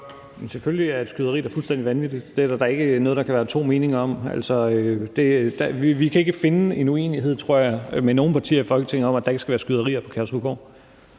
Selvfølgelig er et skyderi da fuldstændig vanvittigt. Det er da ikke noget, der kan være to meninger om. Vi kan ikke finde en uenighed, tror jeg, mellem nogen partier i Folketinget om, at der ikke skal være skyderier på Kærshovedgård.